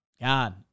God